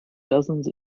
dozens